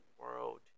world